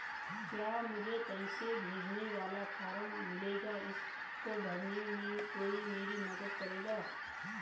क्या मुझे पैसे भेजने वाला फॉर्म मिलेगा इसको भरने में कोई मेरी मदद करेगा?